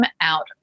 out